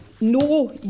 No